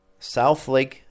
Southlake